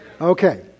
Okay